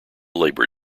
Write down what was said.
labor